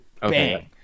bang